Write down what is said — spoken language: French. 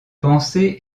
pensées